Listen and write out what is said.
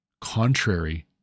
contrary